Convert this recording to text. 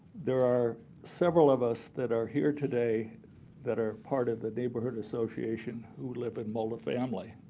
there are several of us that are here today that are part of the neighborhood association who live in multifamily.